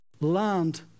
land